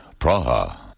Praha